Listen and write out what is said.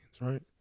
right